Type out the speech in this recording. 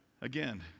Again